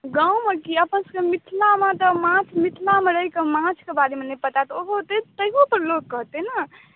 गाँवमे की अपन सभके मिथिलामे तऽ माछ मिथिलामे रहिके माछके बारेमे नहि पता तऽ ओहु पर तैयौ पर लोक कहतै ने